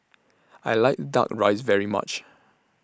I like Duck Rice very much